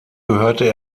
gehörte